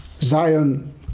Zion